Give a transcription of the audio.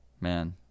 Man